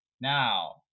Now